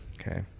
Okay